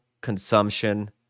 Consumption